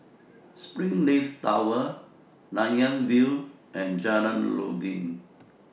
Springleaf Tower Nanyang View and Jalan Noordin